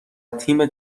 تیم